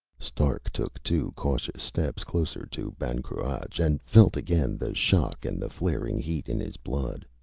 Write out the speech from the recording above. stark took two cautious steps closer to ban cruach, and felt again the shock and the flaring heat in his blood.